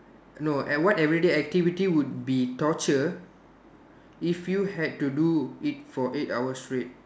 no and what everyday activity would be torture if you had to do it for eight hours straight